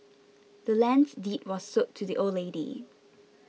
the land's deed was sold to the old lady